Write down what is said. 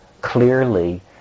Clearly